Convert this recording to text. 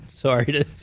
Sorry